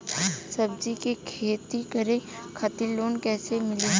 सब्जी के खेती करे खातिर लोन कइसे मिली?